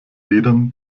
liedern